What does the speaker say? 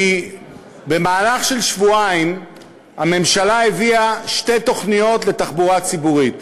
כי במהלך של שבועיים הממשלה הביאה שתי תוכניות לתחבורה ציבורית: